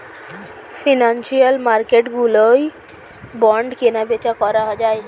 financial মার্কেটগুলোয় bond কেনাবেচা করা যায়